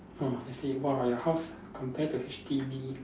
ah I say !wah! your house compare to H_D_B